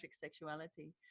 sexuality